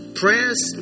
prayers